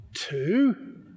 two